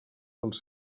pels